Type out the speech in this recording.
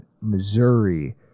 Missouri